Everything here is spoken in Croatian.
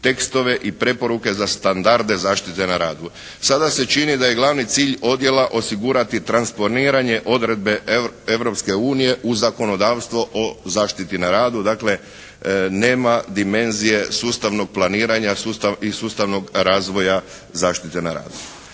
tekstove i preporuke za standarde zaštite na radu. Sada se čini da je glavni cilj odjela osigurati transponiranje odredbe Europske unije u zakonodavstvo o zaštiti na radu. Dakle nema dimenzije sustavnog planiranja i sustavnog razvoja zaštite na radu.